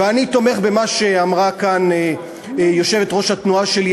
ואני תומך במה שאמרה כאן יושבת-ראש התנועה שלי,